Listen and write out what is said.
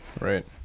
Right